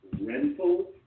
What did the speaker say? Rental